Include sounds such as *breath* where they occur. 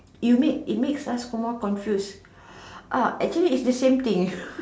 you make it makes us more confused uh actually it's the same thing *breath*